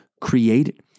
created